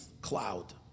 cloud